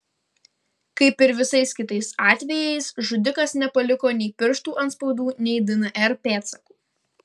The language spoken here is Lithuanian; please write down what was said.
kaip ir visais kitais atvejais žudikas nepaliko nei pirštų atspaudų nei dnr pėdsakų